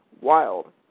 Wild